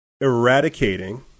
eradicating